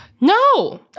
No